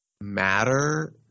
matter